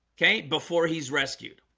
okay before he's rescued